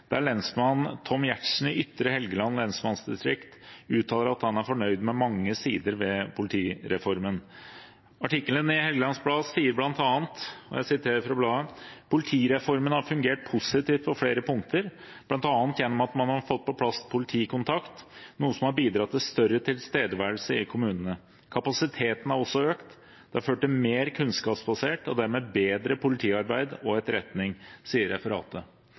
der lensmann Tom Giertsen i Ytre Helgeland lensmannsdistrikt uttaler at han er fornøyd med mange sider ved politireformen. Artikkelen i Helgelands Blad sier bl.a.: politireformen har fungert positivt på flere punkter, blant annet gjennom at man har fått på plass politikontakt, noe som har bidratt til større tilstedeværelse i kommunene. Kapasiteten har også økt. Det har ført til mer kunnskapsbasert – og dermed bedre – politiarbeid og etterretning, sier referatet.